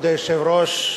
כבוד היושב-ראש,